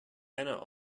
anna